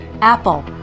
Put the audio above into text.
apple